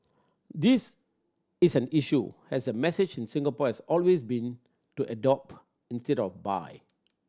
this is an issue as the message in Singapore has always been to adopt instead of buy